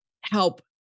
help